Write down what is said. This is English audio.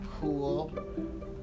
cool